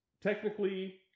technically